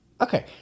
Okay